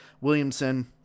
Williamson –